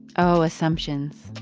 oh, assumptions.